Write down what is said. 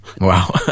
wow